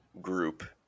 group